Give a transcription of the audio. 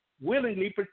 willingly